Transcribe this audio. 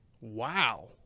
Wow